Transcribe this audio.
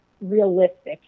realistic